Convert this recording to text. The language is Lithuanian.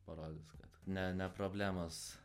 parodys kad ne ne problemos